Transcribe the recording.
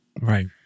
right